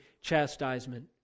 chastisement